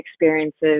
experiences